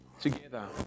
together